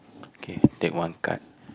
kay take one card